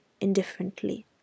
indifferently